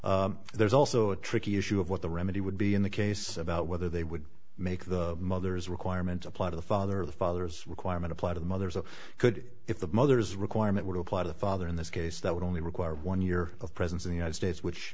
brought there's also a tricky issue of what the remedy would be in the case about whether they would make the mother's requirements apply to the father the father's requirement apply to the mothers of could if the mother's requirement would apply to the father in this case that would only require one year of presence in the united states which